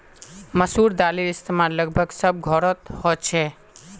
मसूर दालेर इस्तेमाल लगभग सब घोरोत होछे